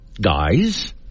Guys